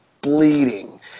bleeding